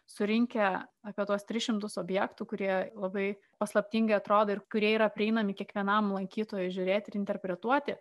surinkę apie tuos tris šimtus objektų kurie labai paslaptingai atrodo ir kurie yra prieinami kiekvienam lankytojui žiūrėti ir interpretuoti